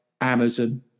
Amazon